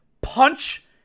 punch